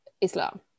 islam